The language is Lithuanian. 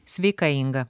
sveika inga